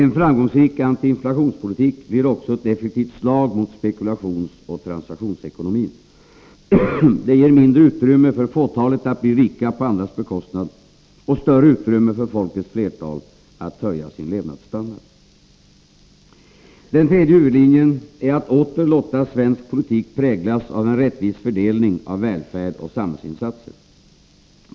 En framgångsrik antiinflationspolitik blir också ett effektivt slag mot spekulationsoch transaktionsekonomin. Det ger mindre utrymme för fåtalet att bli rika på andras bekostnad och större utrymme för folkets flertal att höja sin levnadsstandard. Den tredje huvudlinjen är att åter låta svensk politik präglas av en rättvis fördelning av välfärd och samhällsinsatser.